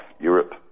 Europe